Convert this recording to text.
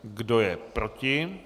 Kdo je proti?